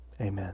Amen